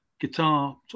guitar